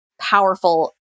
powerful